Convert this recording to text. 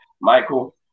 Michael